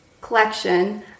collection